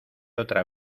otra